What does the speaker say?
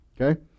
Okay